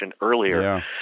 earlier